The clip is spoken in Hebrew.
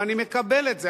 ואני מקבל את זה,